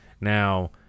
Now